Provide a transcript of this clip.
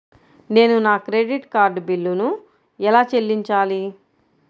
నేను నా credit card బిల్లును ఎలా చెల్లించాలీ?